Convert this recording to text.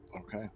Okay